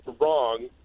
wrong